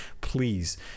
Please